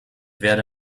werde